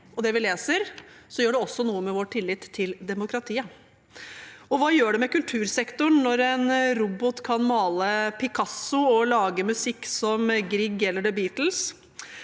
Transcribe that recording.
det vi leser, gjør det også noe med vår tillit til demokratiet. Og hva gjør det med kultursektoren når en robot kan male som Picasso og lage musikk som Grieg eller The Beatles?